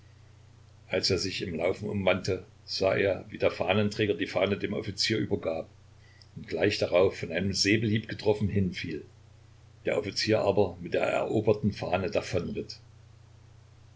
als er sich im laufen umwandte sah er wie der fahnenträger die fahne dem offizier übergab und gleich darauf von einem säbelhieb getroffen hinfiel der offizier aber mit der eroberten fahne